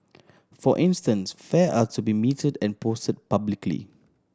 for instance fare are to be metered and posted publicly